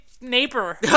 neighbor